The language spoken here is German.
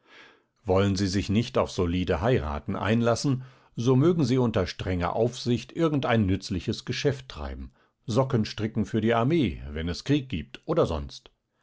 wollen sie sich nicht auf solide heiraten einlassen so mögen sie unter strenger aufsicht irgendein nützliches geschäft treiben socken stricken für die armee wenn es krieg gibt oder sonst